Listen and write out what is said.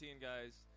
guys